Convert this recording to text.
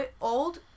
old